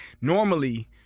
Normally